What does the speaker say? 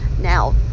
now